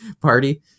party